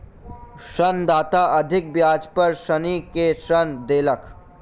ऋणदाता अधिक ब्याज पर ऋणी के ऋण देलक